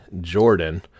Jordan